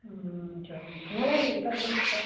हुन्छ हुन्छ मलाई तपाईँले स्कर्ट